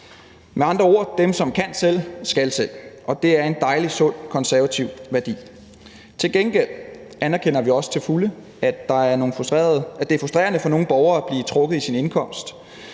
Med andre ord: Dem, der kan selv, skal selv. Det er en dejlig, sund konservativ værdi. Til gengæld anerkender vi også til fulde, at det er frustrerende for nogle borgere at blive trukket i sin indkomst.